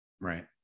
Right